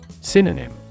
Synonym